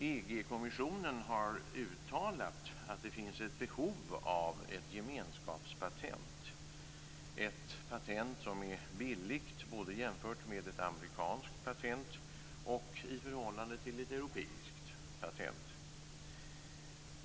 EG-kommissionen har uttalat att det finns ett behov av ett gemenskapspatent, ett patent som är billigt både jämfört med ett amerikanskt patent och i förhållande till ett europeiskt patent.